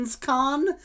con